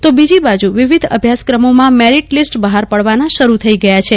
તો બીજી બાજ વિવિધ અભ્યાસક્રમોમાં મેરીટ લીસ્ટ બહાર પડવાના શરૂ થઈ ગ યા છ